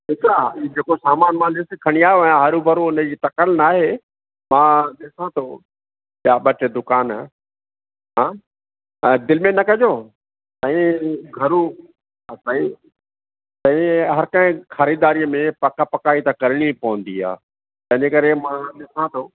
ठीकु आहे जेको सामानु मां लिस्ट खणी आयो आहियां हरु भरु हुन जी तकिड़ न आहे मां ॾिसां थो ॿिया ॿ टे दुकान हां हा दिलि में न कजो ऐं घरु आहे साईं हर कंहिं ख़रीदारीअ में पक पकाई त करणी ई पवंदी आहे तंहिंजे करे मां ॾिसां थो